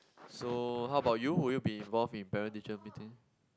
so how about you would you be involved in parent teacher meeting